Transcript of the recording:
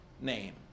name